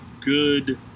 good